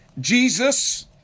Jesus